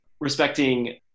respecting